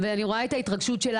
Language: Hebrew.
אני רואה את ההתרגשות שלה.